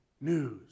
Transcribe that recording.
news